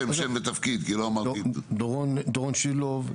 דורון שידלוב,